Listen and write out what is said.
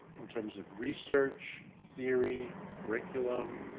in terms of research, theory, curriculum,